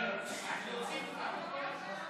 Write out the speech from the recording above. להוסיף אותנו.